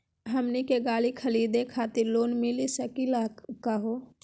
हमनी के गाड़ी खरीदै खातिर लोन मिली सकली का हो?